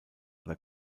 oder